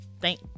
Thank